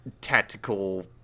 tactical